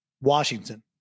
Washington